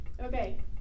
Okay